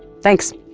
thanks